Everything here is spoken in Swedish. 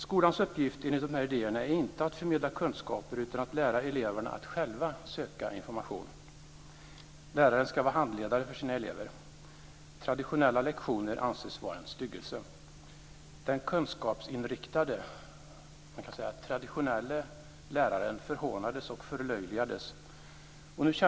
Skolans uppgift enligt de här idéerna är inte att förmedla kunskaper utan att lära eleverna att själva söka information. Läraren ska vara handledare för sina elever. Traditionella lektioner anses vara en styggelse. Den kunskapsinriktade - och som man kan säga - traditionelle läraren förhånades och förlöjligades.